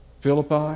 Philippi